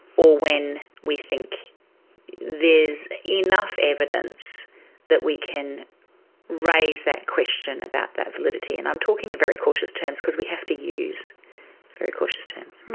or when we think there is enough evidence that we can raise that question about that validity, and i'm talking in very cautious terms because we have to use very cautious terms.